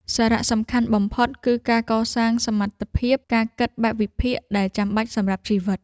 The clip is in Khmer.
សារៈសំខាន់បំផុតគឺការកសាងសមត្ថភាព ការគិតបែបវិភាគ ដែលចាំបាច់សម្រាប់ជីវិត។